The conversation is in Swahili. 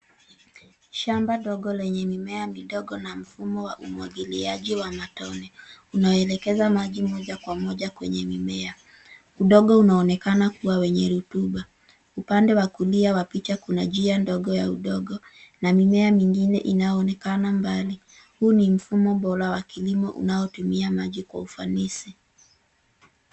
Shamba ndogo lenye mimea midogo na mfumo wa umwangiliaji wa matone, unaoelekeza maji moja kwa moja kwenye mimea. Udongo unaonekana kuwa wenye rutuba. Upande wa kulia wa picha kuna njia ndogo ya udongo na mimea mingine inaoonekana mbali. Huu ni mfumo bora wa kilimo unaotumia maji kwa ufanisi.